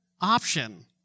option